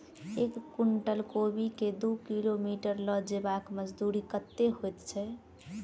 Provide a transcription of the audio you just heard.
एक कुनटल कोबी केँ दु किलोमीटर लऽ जेबाक मजदूरी कत्ते होइ छै?